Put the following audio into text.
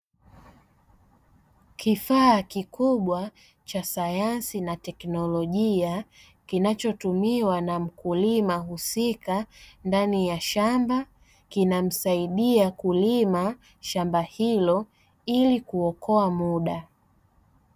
Kifaa kikubwa cha sayansi na teknolojia kinachotumiwa na mkulima husika ndani ya shamba, kinamsaidia kulima shamba hilo ili kuokoa muda.